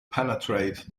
penetrate